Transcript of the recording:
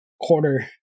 quarter